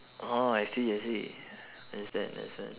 oh I see I see understand understand